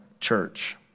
church